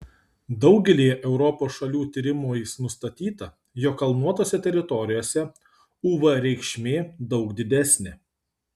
daugelyje europos šalių tyrimais nustatyta jog kalnuotose teritorijose uv reikšmė daug didesnė